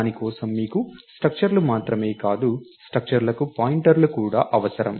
దాని కోసం మీకు స్ట్రక్టర్ లు మాత్రమే కాదు స్ట్రక్టర్ లకు పాయింటర్లు కూడా అవసరం